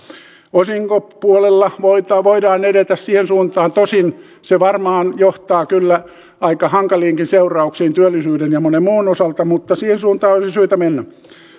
osinkopuolella voidaan edetä siihen suuntaan tosin se varmaan johtaa kyllä aika hankaliinkin seurauksiin työllisyyden ja monen muun osalta mutta siihen suuntaan olisi syytä mennä